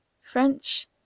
French